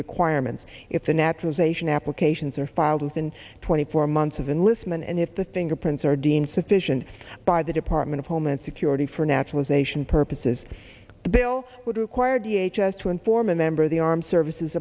requirements if a naturalization applications are filed within twenty four months of enlistment and if the fingerprints are deemed sufficient by the department of homeland security for naturalization purposes the bill would require the h s to inform a member of the armed services